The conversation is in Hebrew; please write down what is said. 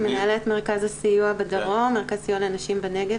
מנהלת מרכז סיוע לנשים בנגב,